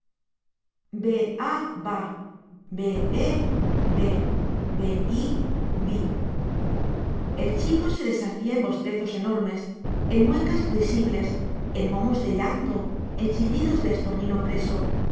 be a bá be e bé be i bí el chico se deshacía en bostezos enormes en muecas risibles en momos de llanto en chillidos de estornino preso se